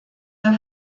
der